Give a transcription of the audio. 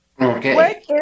Okay